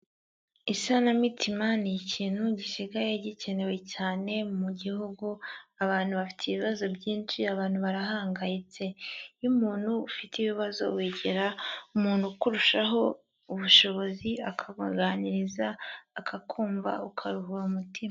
Isana mitima ni ikintu gisigaye gikenewe cyane mu gihugu, abantu bafite ibibazo byinshi, abantu barahangayitse, iyo umuntu ufite ibibazo wegera umuntu ukurushaho ubushobozi akakuganiriza, akakumva, ukaruhura umutima.